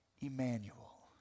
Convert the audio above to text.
Emmanuel